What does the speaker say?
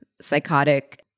psychotic